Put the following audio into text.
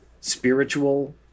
spiritual